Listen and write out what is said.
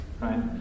Right